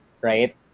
right